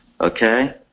Okay